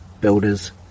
builders